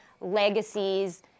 legacies